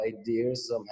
ideas